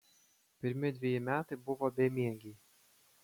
pirmi dveji metai buvo bemiegiai